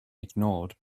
ignored